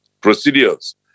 procedures